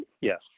Yes